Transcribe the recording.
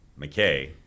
mckay